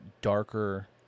darker